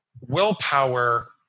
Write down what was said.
willpower